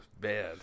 Bad